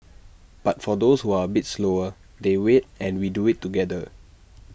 but for those who are bit slower they wait and we do IT together